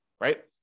right